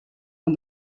and